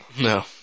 No